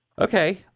Okay